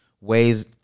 ways